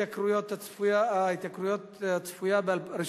7046 ו-7048 בנושא: ההתייקרות הצפויה ב-1